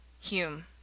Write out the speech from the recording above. Hume